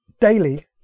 daily